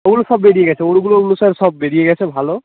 ওগুলো সব বেরিয়ে গেছে ওরগুলো ওগুলো সব সব বেরিয়ে গেছে ভালো